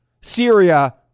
Syria